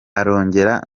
arongera